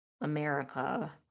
America